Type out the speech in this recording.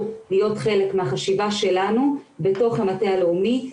להיות חלק מהחשיבה שלנו בתוך המטה הלאומי,